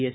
S